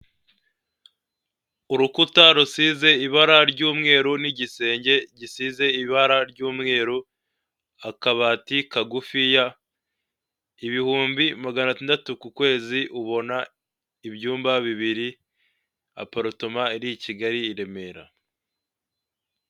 Urukuta rusize ibara ry'umweru n'igisenge gisize ibara ry'umweru, akabati kagufiya, ibihumbi magana atandatu ku kwezi ubona ibyumba bibiri, aporotoma iri i kigali i Remera.